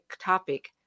topic